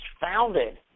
founded